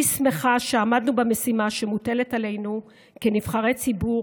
אני שמחה שעמדנו במשימה שמוטלת עלינו כנבחרי ציבור